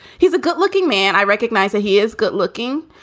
he's a good looking man. i recognize that he is good looking,